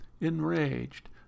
enraged